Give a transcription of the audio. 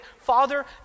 Father